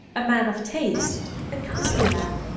a man of taste, a kindly man,